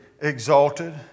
exalted